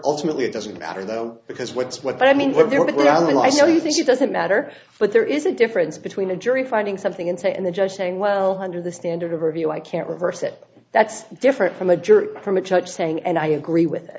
ultimately it doesn't matter though because what's what i mean what they're what i like so you think it doesn't matter but there is a difference between a jury finding something in say and the judge saying well under the standard of review i can't reverse it that's different from a juror from a judge saying and i agree with it